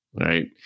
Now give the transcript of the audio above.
right